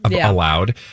allowed